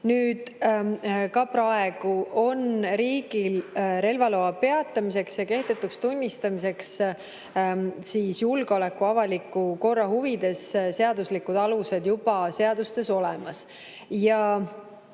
teha. Ka praegu on riigil relvaloa peatamiseks ja kehtetuks tunnistamiseks julgeoleku ja avaliku korra huvides seaduslikud alused seadustes olemas.